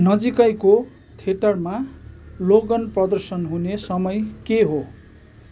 नजिकैको थिएटरमा लोगन प्रदर्शन हुने समय के हो